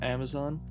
Amazon